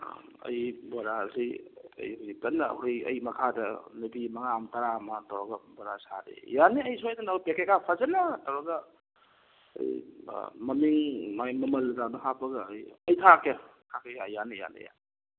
ꯑꯥ ꯑꯩ ꯕꯣꯔꯥꯁꯤ ꯑꯩ ꯍꯧꯖꯤꯛ ꯀꯟꯅ ꯑꯩꯈꯣꯏ ꯑꯩ ꯃꯈꯥꯗ ꯅꯨꯄꯤ ꯃꯉꯥ ꯑꯃ ꯇꯔꯥ ꯑꯃ ꯇꯧꯔꯒ ꯕꯣꯔꯥ ꯁꯥꯔꯤ ꯌꯥꯅꯤ ꯑꯩ ꯁꯣꯏꯗꯅ ꯄꯦꯛꯀꯦꯠꯀ ꯐꯖꯅ ꯇꯧꯔꯒ ꯃꯃꯤꯡ ꯃꯥꯏ ꯃꯃꯜꯒꯗꯣ ꯍꯥꯞꯄꯒ ꯑꯩ ꯑꯩ ꯊꯥꯔꯛꯀꯦ ꯊꯥꯔꯛꯀꯦ ꯌꯥꯅꯤ ꯌꯥꯅꯤ ꯌꯥꯅꯤ